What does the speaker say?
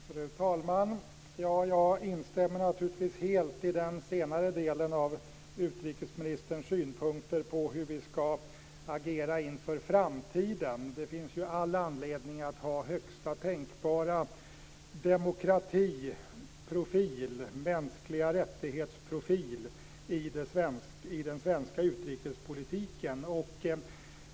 Fru talman! Jag instämmer naturligtvis helt i den senare delen av utrikesministerns synpunkter på hur vi ska agera inför framtiden. Det finns all anledning att ha högsta tänkbara demokratiprofil, mänskliga rättighets-profil i den svenska utrikespolitiken.